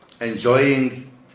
enjoying